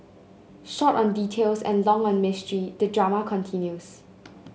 short on details and long on mystery the drama continues